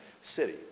city